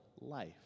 life